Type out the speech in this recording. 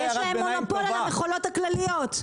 יש להם מונופול על המכולות הכלליות.